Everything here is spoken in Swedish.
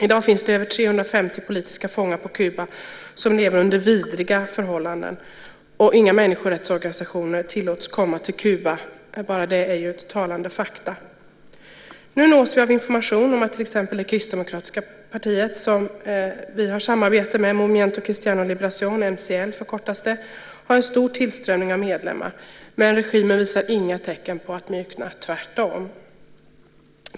I dag finns det över 350 politiska fångar på Kuba som lever under vidriga förhållanden, och inga människorättsorganisationer tillåts komma till Kuba. Bara det är ju ett talande faktum. Nu nås vi av information om att till exempel det kristdemokratiska partiet som vi har samarbete med, Movimiento Cristiano Liberación, förkortat MCL, har en stor tillströmning av medlemmar. Men regimen visar inga tecken på att mjukna, tvärtom.